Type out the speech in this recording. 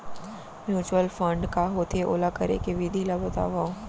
mutual fund का होथे, ओला करे के विधि ला बतावव